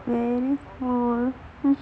very small